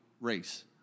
race